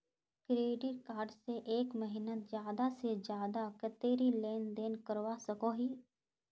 Credit card से एक महीनात ज्यादा से ज्यादा कतेरी लेन देन करवा सकोहो ही?